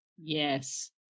Yes